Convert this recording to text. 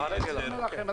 אני אומר לכם,